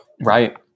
right